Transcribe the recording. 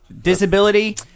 disability